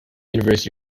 university